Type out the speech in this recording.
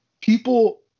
people